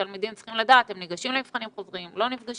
תלמידים צריכים לדעת אם הם ניגשים למבחנים חוזרים או לא.